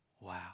wow